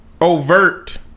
overt